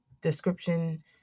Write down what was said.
description